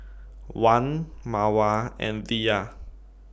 Wan Mawar and Dhia